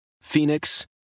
Phoenix